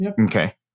Okay